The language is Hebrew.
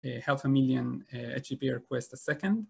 Health Chameleon, a GP request a second